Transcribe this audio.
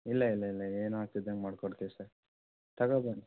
ಇಲ್ಲ ಇಲ್ಲ ಇಲ್ಲ ಏನು ಆಗ್ದಿದಂಗೆ ಮಾಡ್ಕೊಡ್ತಿವಿ ಸರ್ ತಗೋಬನ್ನಿ